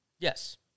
Yes